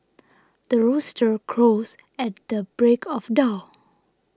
the rooster crows at the break of dawn